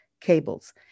cables